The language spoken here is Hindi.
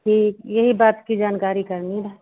ठीक यही बात की जानकारी करनी रहे